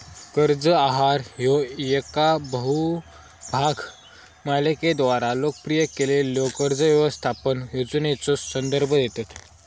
कर्ज आहार ह्या येका बहुभाग मालिकेद्वारा लोकप्रिय केलेल्यो कर्ज व्यवस्थापन योजनेचो संदर्भ देतत